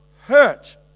hurt